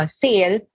sale